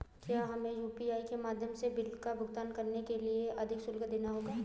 क्या हमें यू.पी.आई के माध्यम से बिल का भुगतान करने के लिए अधिक शुल्क देना होगा?